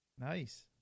nice